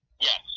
Yes